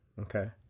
Okay